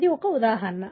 అది ఒక ఉదాహరణ